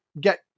get